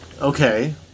Okay